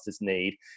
need